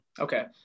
Okay